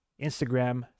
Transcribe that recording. Instagram